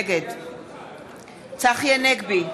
נגד צחי הנגבי,